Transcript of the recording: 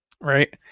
Right